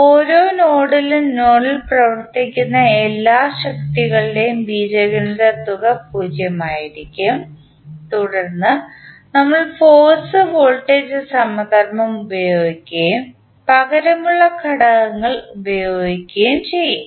ഓരോ നോഡിലും നോഡിൽ പ്രവർത്തിക്കുന്ന എല്ലാ ശക്തികളുടെയും ബീജഗണിത തുക 0 ആയിരിക്കും തുടർന്ന് നമ്മൾ ഫോഴ്സ് വോൾട്ടേജ് സമധർമ്മം ഉപയോഗിക്കുകയും പകരമുള്ള ഘടകങ്ങൾ ഉപയോഗിക്കുകയും ചെയ്യും